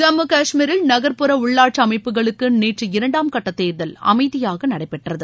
ஜம்மு காஷ்மீரில் நகர்ப்புற உள்ளாட்சி அமைப்புகளுக்கு நேற்று இரண்டாம் கட்ட தேர்தல் அமைதியாக நடைபெற்றது